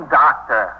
doctor